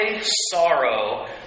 sorrow